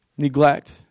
Neglect